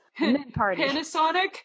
Panasonic